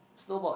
snowboard